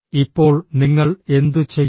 ഇപ്പോൾ നിങ്ങൾ എന്തു ചെയ്യും